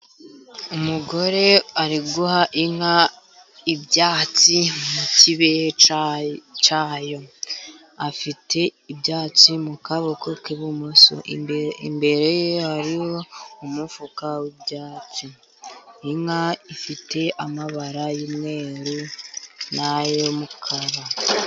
Umugore ari guha inka ibyatsi mu kibehe cyayo, afite ibyatsi mu kaboko k'ibumoso, imbere ye hariho umufuka w'ibyatsi. Inka ifite amabara y'umweru n'ay'umukara.